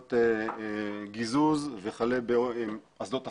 אוניות גיזוז וכלה באסדות ההפקה.